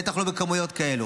בטח לא בכמויות כאלו.